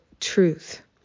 truth